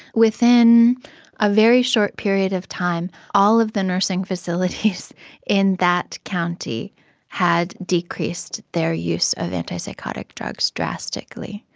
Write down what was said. within a very short period of time, all of the nursing facilities in that county had decreased their use of antipsychotic drugs drastically.